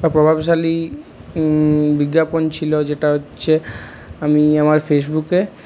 বা প্রভাবশালী বিজ্ঞাপন ছিলো যেটা হচ্ছে আমি আমার ফেসবুকে